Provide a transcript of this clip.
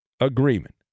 agreement